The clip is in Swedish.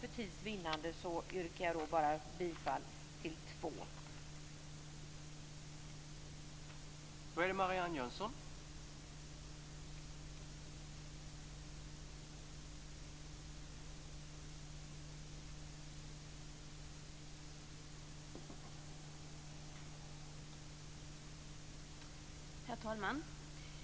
För tids vinnande yrkar jag bifall till två reservationer.